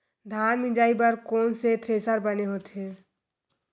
धान मिंजई बर कोन से थ्रेसर बने होथे?